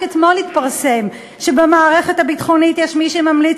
רק אתמול התפרסם שבמערכת הביטחונית יש מי שממליץ